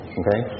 okay